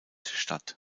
statt